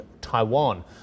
Taiwan